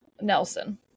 Nelson